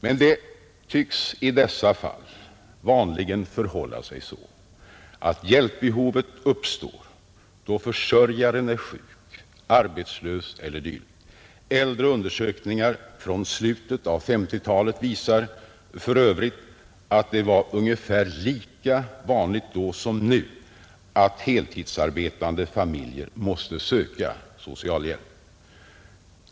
Men det tycks i dessa fall vanligen förhålla sig så, att hjälpbehovet uppstår då försörjaren är sjuk, arbetslös e. d. Äldre undersökningar från slutet av 1950-talet visar för övrigt att det var ungefär lika vanligt då som nu att heltidsarbetande familjer måste söka socialhjälp.